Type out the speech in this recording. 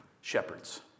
shepherds